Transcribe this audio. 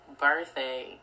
birthday